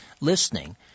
listening